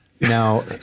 Now